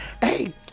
Hey